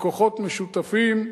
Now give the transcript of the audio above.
בכוחות משותפים.